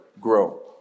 grow